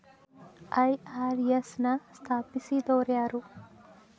IRS ನ ಸ್ಥಾಪಿಸಿದೊರ್ಯಾರು?